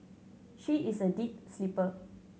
she is a deep sleeper